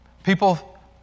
people